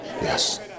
yes